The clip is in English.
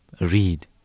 read